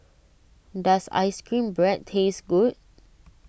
does Ice Cream Bread taste good